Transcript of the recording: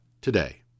today